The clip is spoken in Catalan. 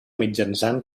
mitjançant